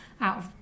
out